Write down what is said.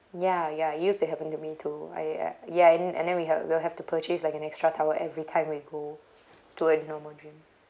ya ya used to happen to me too I ya ya and then we have we'll have to purchase like an extra towel everytime we go to a normal gym